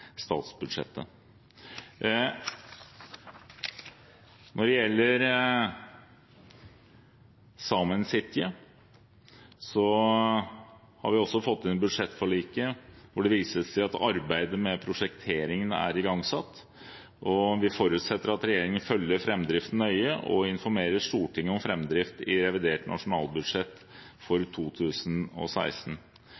statsbudsjettet. Når det gjelder Saemien Sijte, har vi også fått det inn i budsjettforliket, hvor det vises til at arbeidet med prosjekteringen er igangsatt. Vi forutsetter at regjeringen følger framdriften nøye og informerer Stortinget om framdrift i revidert nasjonalbudsjett for 2016.